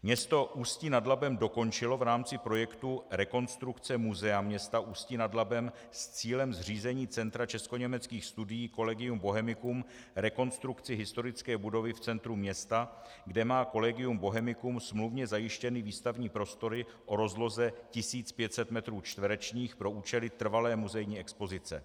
Město Ústí nad Labem dokončilo v rámci projektu rekonstrukce muzea města Ústí nad Labem s cílem zřízení centra českoněmeckých studií Collegium Bohemicum rekonstrukci historické budovy v centru města, kde má Collegium Bohemicum smluvně zajištěny výstavní prostory o rozloze 1500 metrů čtverečních pro účely trvalé muzejní expozice.